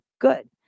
Good